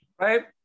right